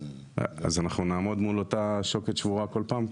אז אנחנו נעמוד מולה אותה שוקת שברורה כל פעם,